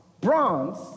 bronze